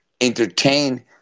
entertain